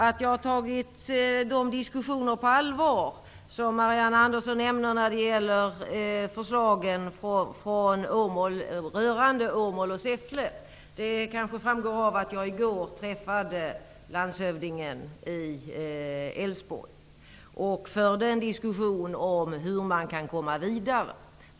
Att jag har tagit de diskussioner som Marianne Andersson nämner om förslagen rörande Åmål och Säffle på allvar kanske framgår av att jag i går träffade landshövdningen i Älvsborgs län. Vi förde en diskussion om hur man kan komma vidare.